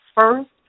first